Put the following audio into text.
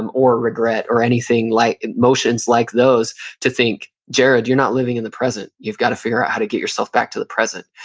um or regret, or anything like emotions like those to think, jared you're not living in the present. you've got to figure out how to get yourself back to the present.